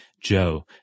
Joe